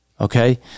okay